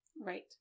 Right